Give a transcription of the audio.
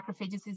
macrophages